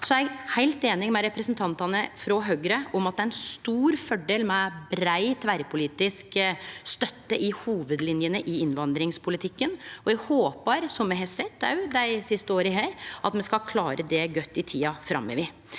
Eg er heilt einig med representantane frå Høgre i at det er ein stor fordel med brei tverrpolitisk støtte i hovudlinjene i innvandringspolitikken, og eg håpar – som me òg har sett dei siste åra her – at me skal klare det godt i tida framover.